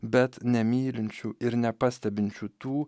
bet nemylinčių ir nepastebinčių tų